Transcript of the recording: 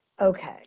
Okay